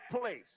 place